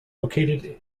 located